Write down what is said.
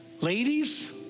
Ladies